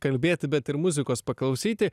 kalbėti bet ir muzikos paklausyti